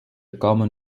common